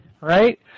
right